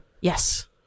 yes